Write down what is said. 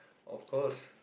of course